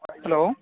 hello